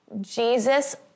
Jesus